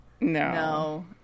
no